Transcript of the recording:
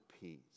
peace